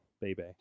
baby